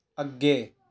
ਅੱਗੇ